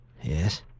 Yes